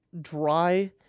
dry